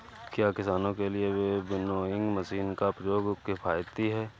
क्या किसानों के लिए विनोइंग मशीन का प्रयोग किफायती है?